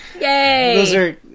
Yay